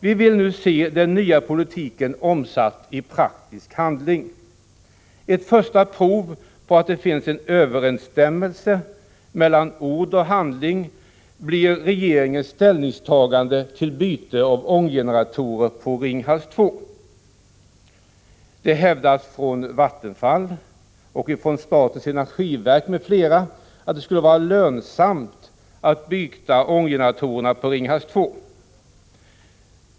Vi vill nu se den nya politiken omsatt i praktisk handling. Ett första prov på att det finns en överensstämmelse mellan ord och handling blir regeringens ställningstagande till byte av ånggeneratorerna på Ringhals 2. Det hävdas från Vattenfall, statens energiverk m.fl. att det skulle vara lönsamt att byta ånggeneratorerna på Ringhals 2.